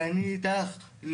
ואני אתכם,